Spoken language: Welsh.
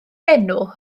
enw